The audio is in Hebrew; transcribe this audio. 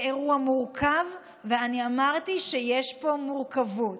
זה אירוע מורכב, ואני אמרתי שיש פה מורכבות.